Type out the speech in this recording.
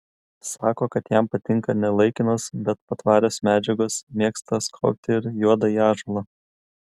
sako kad jam patinka ne laikinos bet patvarios medžiagos mėgsta skobti ir juodąjį ąžuolą